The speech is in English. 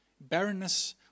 barrenness